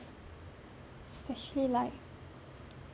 especially like